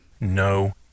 no